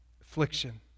Affliction